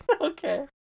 Okay